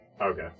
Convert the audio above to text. Okay